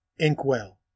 Inkwell